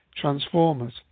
Transformers